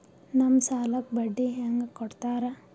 ನಮ್ ಸಾಲಕ್ ಬಡ್ಡಿ ಹ್ಯಾಂಗ ಕೊಡ್ತಾರ?